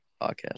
podcast